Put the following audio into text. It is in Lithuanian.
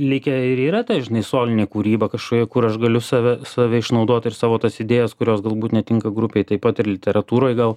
likę ir yra ta žinai solinė kūryba kažkokia kur aš galiu save save išnaudoti ir savo tas idėjas kurios galbūt netinka grupei taip pat ir literatūroj gal